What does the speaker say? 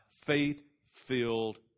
faith-filled